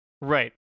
Right